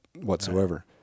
whatsoever